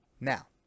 Now